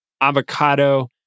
avocado